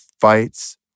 fights